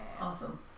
Awesome